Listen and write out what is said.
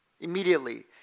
immediately